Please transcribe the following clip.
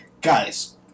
guys